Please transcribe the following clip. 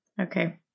Okay